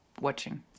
watching